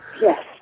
Yes